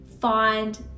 find